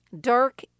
dark